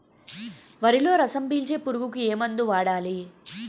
వరిలో రసం పీల్చే పురుగుకి ఏ మందు వాడాలి?